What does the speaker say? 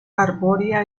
arbórea